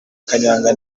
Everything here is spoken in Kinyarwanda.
kanyanga